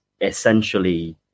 essentially